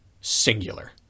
singular